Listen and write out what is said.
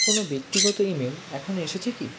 কোনো ব্যক্তিগত ইমেল এখন এসেছে কি